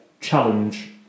challenge